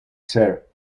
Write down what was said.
sir